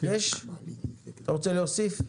אתה רוצה להוסיף?